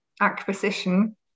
acquisition